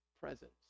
presence